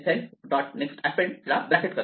append v ला bracket करते